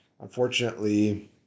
unfortunately